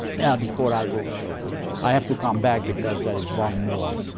yeah, before i go so i have to come back because there is one more